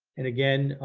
and again,